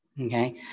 okay